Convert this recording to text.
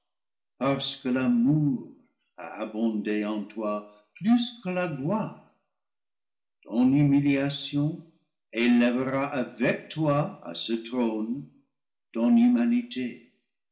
parce que l'amour a abondé en toi plus que la gloire ton humiliation élèvera avec toi à ce trône ton humanité